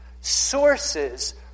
sources